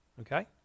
Okay